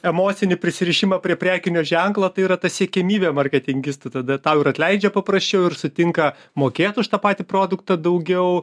emocinį prisirišimą prie prekinio ženklo tai yra ta siekiamybė marketingistų tada tau ir atleidžia paprasčiau ir sutinka mokėt už tą patį produktą daugiau